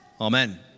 Amen